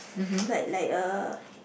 like like a